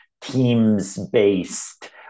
teams-based